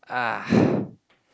ah